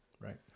right